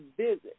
visit